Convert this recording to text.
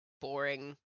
boring